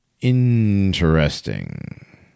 Interesting